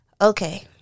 Okay